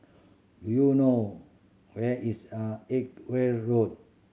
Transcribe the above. do you know where is a Edgware Road